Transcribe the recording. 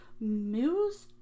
muse